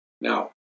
Now